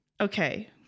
Okay